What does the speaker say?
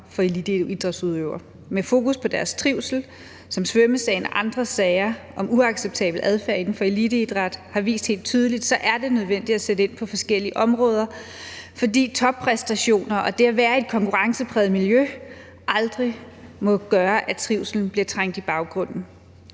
for eliteidrætsudøvere med fokus på deres trivsel. Som svømmersagen og andre sager om uacceptabel adfærd inden for eliteidrætten har vist helt tydeligt, er det nødvendigt at sætte ind på forskellige områder, fordi toppræstationer og det at være i et konkurrencepræget miljø aldrig gøre, at trivslen bliver trængt i baggrunden.